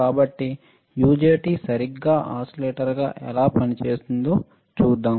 కాబట్టి యుజెటి సరిగ్గా ఓసిలేటర్గా ఎలా పనిచేస్తుందో చూద్దాం